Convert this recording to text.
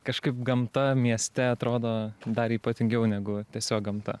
kažkaip gamta mieste atrodo dar ypatingiau negu tiesiog gamta